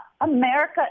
America